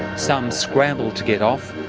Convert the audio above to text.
some scrambled to get off.